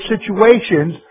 situations